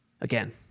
Again